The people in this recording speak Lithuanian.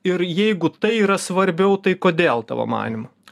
ir jeigu tai yra svarbiau tai kodėl tavo manymu